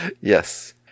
Yes